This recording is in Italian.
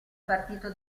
partito